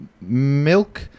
milk